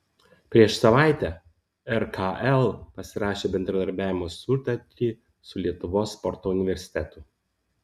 prieš savaitę rkl pasirašė bendradarbiavimo sutartį su lietuvos sporto universitetu